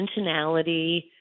intentionality